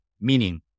meaning